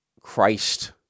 Christ